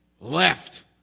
left